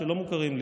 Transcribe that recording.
שלא מוכרים לי,